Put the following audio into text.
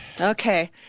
Okay